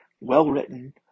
well-written